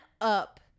up